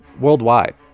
worldwide